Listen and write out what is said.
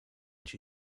she